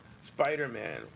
Spider-Man